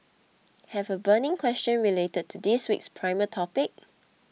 have a burning question related to this week's primer topic